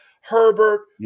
Herbert